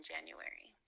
January